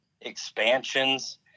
expansions